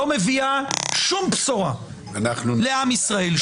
מדובר ברבנות שלא מביאה שום בשורה לעם ישראל,